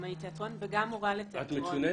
במאית תיאטרון וגם מורה לתיאטרון.